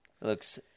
Looks